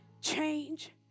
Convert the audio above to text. change